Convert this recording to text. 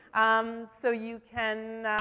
um, so you can, ah,